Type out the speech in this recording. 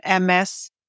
MS